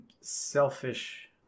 selfish